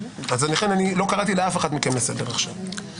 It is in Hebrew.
לכן לא קראתי לאף אחת מכן לסדר עכשיו.